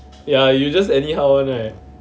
ya you just anyhow [one] right